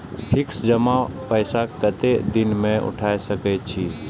Fix जमा पैसा कतेक दिन में उठाई सके छी?